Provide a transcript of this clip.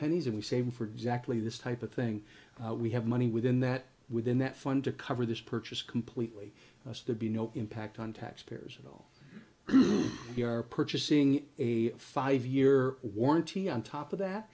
pennies and we save for exactly this type of thing we have money within that within that fund to cover this purchase completely must there be no impact on taxpayers at all we are purchasing a five year warranty on top of that